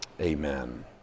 amen